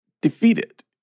defeated